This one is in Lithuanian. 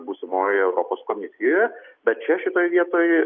būsimojoje europos komisijoje bet čia šitoj vietoj